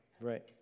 right